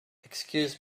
excuse